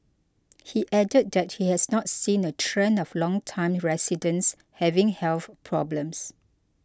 he added that he has not seen a trend of longtime residents having health problems